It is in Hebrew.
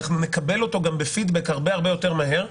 ואנחנו גם נקבל אותו כפידבק הרבה יותר מהר,